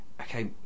okay